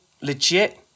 legit